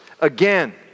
again